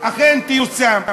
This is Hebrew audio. אכן תיושם.